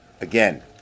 Again